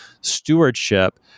stewardship